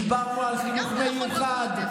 דיברנו על חינוך מיוחד.